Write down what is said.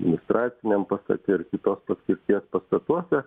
administraciniam pastate ir tos paskirties pastatuose